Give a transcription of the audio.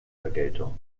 vergeltung